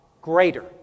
Greater